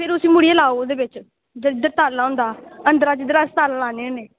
फिर उसी मुड़ियै लाओ ओह्द बिच जेह्दे ई ताला होंदा जिद्धर अस ताला लानै होने